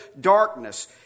darkness